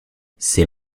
c’est